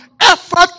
effort